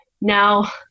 Now